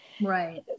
Right